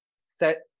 set